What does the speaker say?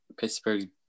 Pittsburgh